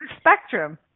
spectrum